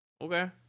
Okay